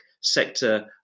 sector